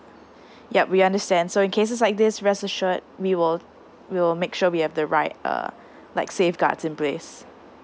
yup we understand so in cases like this rest assured we will we will make sure we have the right uh like safeguards in place